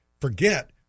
forget